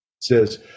says